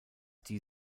die